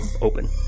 open